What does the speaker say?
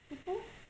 退步